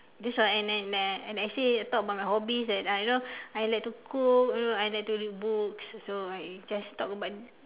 this was an an an essay I'll talk about my hobbies that I you know I like to cook you know I like to read books so I just talk about